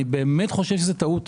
אני באמת חושב שזאת טעות.